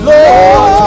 Lord